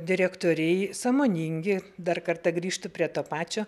direktoriai sąmoningi dar kartą grįžtu prie to pačio